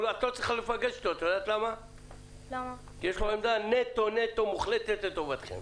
את לא צריכה להיפגש איתו כי יש לו עמדה מוחלטת נטו נטו לטובתכם.